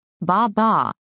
ba-ba